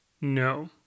no